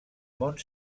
mont